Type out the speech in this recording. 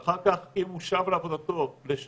ואחר כך אם הוא שב לעבודתו לשנה,